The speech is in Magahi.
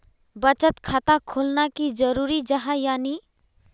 बचत खाता खोलना की जरूरी जाहा या नी?